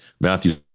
Matthew